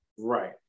right